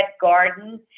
garden